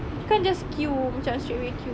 you can't just queue macam straight away queue